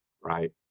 right